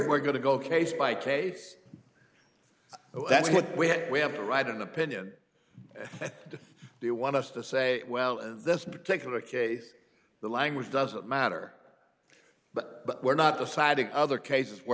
were going to go case by case that's what we have we have to write an opinion they want us to say well in this particular case the language doesn't matter but but we're not deciding other cases where